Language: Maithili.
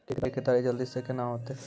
के केताड़ी जल्दी से के ना होते?